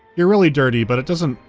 yeah really dirty, but it doesn't,